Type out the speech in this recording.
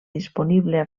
disponible